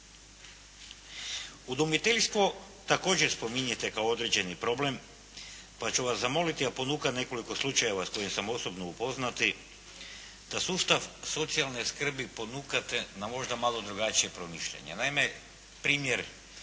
Udomiteljstvo također spominjete kao određeni problem pa ću vas zamoliti, a ponukan nekoliko slučajeva s kojima sam osobno upoznati, da sustav socijalne skrbi ponukate na možda malo drugačije promišljanje.